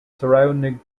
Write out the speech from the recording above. surrounding